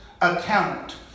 account